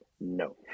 No